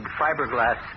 Fiberglass